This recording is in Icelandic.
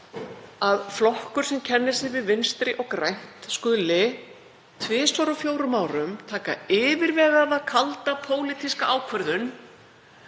að flokkur sem kennir sig við vinstri og grænt skuli tvisvar á fjórum árum taka yfirvegaða, kalda, pólitíska ákvörðun